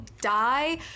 die